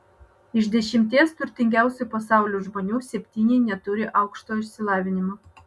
iš dešimties turtingiausių pasaulio žmonių septyni neturi aukštojo išsilavinimo